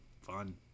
fun